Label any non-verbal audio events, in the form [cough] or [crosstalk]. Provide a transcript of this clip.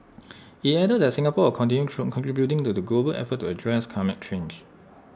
IT added that Singapore will continue from contributing to the global effort to address climate change [noise]